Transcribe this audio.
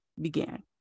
began